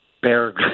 bear